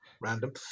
Random